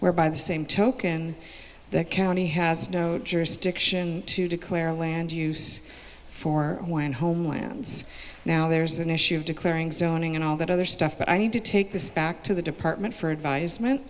where by the same token the county has no jurisdiction to declare a land use for one homelands now there's an issue of declaring zoning and all that other stuff but i need to take this back to the department for advisement